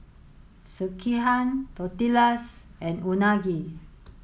Sekihan Tortillas and Unagi